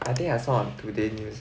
I think I saw on today news